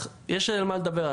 יש על מה לדבר,